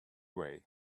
way